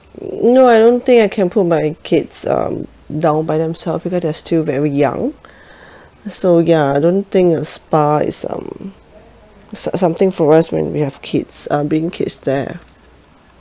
no I don't think I can put my kids um down by themselves because they're still very young so ya I don't think a spa is um some~ something for us when we have kids um bringing kids there